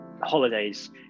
holidays